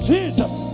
Jesus